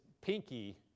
pinky